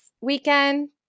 weekend